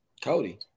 Cody